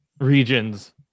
regions